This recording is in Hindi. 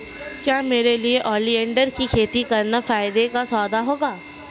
क्या मेरे लिए ओलियंडर की खेती करना फायदे का सौदा होगा?